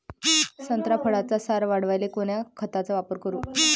संत्रा फळाचा सार वाढवायले कोन्या खताचा वापर करू?